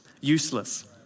useless